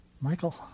Michael